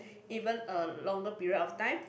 even a longer period of time